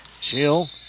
Chill